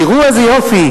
תראו איזה יופי,